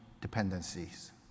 dependencies